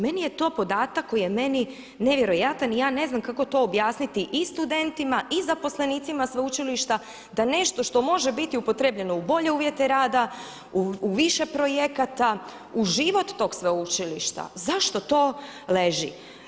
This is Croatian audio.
Meni je to podatak koji je meni nevjerojatan i ja ne znam kako to objasniti i studentima i zaposlenicima sveučilišta, da nešto što može biti upotrijebljeno u bolje uvjete rada, u više projekata, u život tog sveučilišta zašto to leži.